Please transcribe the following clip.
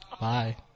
Bye